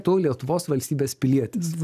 tų lietuvos valstybės pilietis